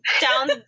down